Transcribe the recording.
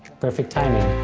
perfect timing!